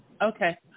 Okay